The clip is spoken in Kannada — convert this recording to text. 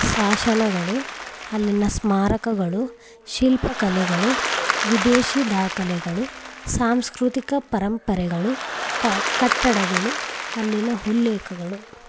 ಶಾಸನಗಳು ಅಲ್ಲಿನ ಸ್ಮಾರಕಗಳು ಶಿಲ್ಪ ಕಲೆಗಳು ವಿದೇಶಿ ದಾಖಲೆಗಳು ಸಾಂಸ್ಕೃತಿಕ ಪರಂಪರೆಗಳು ಪ ಕಟ್ಟಡಗಳು ಅಲ್ಲಿನ ಉಲ್ಲೇಖಗಳು